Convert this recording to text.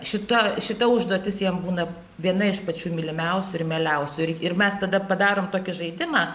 šita šita užduotis jiem būna viena iš pačių mylimiausių ir mieliausių ir mes tada padarom tokį žaidimą